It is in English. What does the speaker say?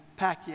Pacquiao